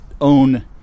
own